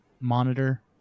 monitor